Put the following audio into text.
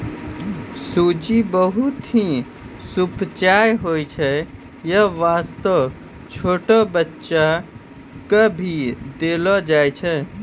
सूजी बहुत हीं सुपाच्य होय छै यै वास्तॅ छोटो बच्चा क भी देलो जाय छै